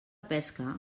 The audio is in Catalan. pesca